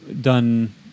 done